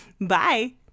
Bye